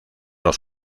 los